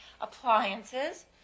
appliances